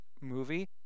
movie